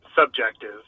subjective